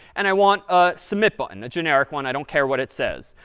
and i want a submit button, a generic one. i don't care what it says.